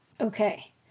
Okay